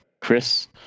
Chris